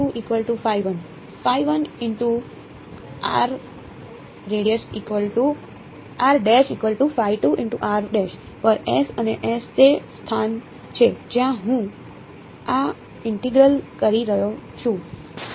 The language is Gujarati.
વિદ્યાર્થી પર અને તે સ્થાન છે જ્યાં હું આ ઇન્ટેગ્રલ કરી રહ્યો છું